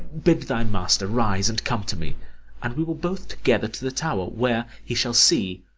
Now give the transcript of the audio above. bid thy master rise and come to me and we will both together to the tower, where, he shall see,